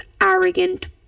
arrogant